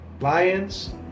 lions